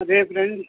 రేపు రండి